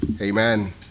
Amen